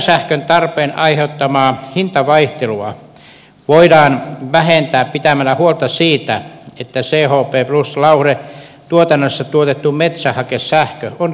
säätösähkön tarpeen aiheuttamaa hintavaihtelua voidaan vähentää pitämällä huolta siitä että chp plus lauhdetuotannossa tuotettu metsähakesähkö on kilpailukykyistä